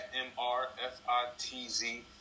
m-r-f-i-t-z